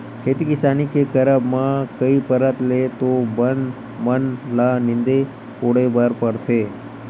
खेती किसानी के करब म कई परत ले तो बन मन ल नींदे कोड़े बर परथे